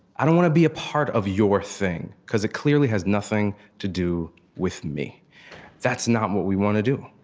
i don't want to be a part of your thing, because it clearly has nothing to do with me that's not what we want to do.